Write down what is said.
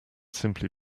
simply